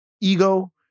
ego